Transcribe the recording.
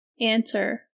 Answer